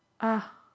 Ah